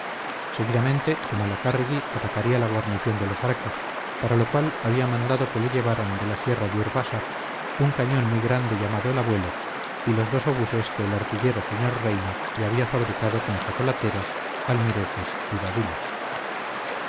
seguidamente zumalacárregui atacaría la guarnición de los arcos para lo cual había mandado que le llevaran de la sierra de urbasa un cañón muy grande llamado el abuelo y los dos obuses que el artillero sr reina le había fabricado con chocolateras almireces y badilas